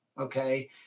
Okay